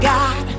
God